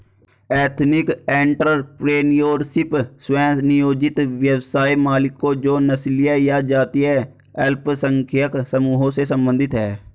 ethnic entrepreneurship, स्व नियोजित व्यवसाय मालिकों जो नस्लीय या जातीय अल्पसंख्यक समूहों से संबंधित हैं